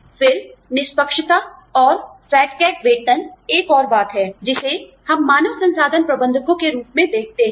फिर निष्पक्षता और फैट कैट वेतन एक और बात है जिसे हम मानव संसाधन प्रबंधकों के रूप में देखते हैं